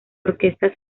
orquesta